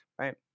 Right